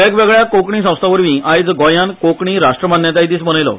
वेगवेगळ्या कोंकणी संस्थां वरवीं आयज गोयांन कोंकणी राश्ट्रमान्यताय दीस मनयलो